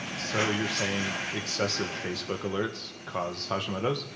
so you're saying excessive facebook alerts cause hashimoto's?